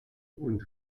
und